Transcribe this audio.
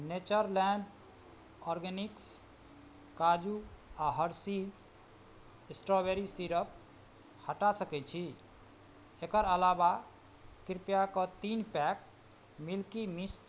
Natureland organic काजू आओर Hershey's strawberry syrup हटा सकै छी एकर अलावा कृपया कऽ तीन पैक मिल्की मिस्ट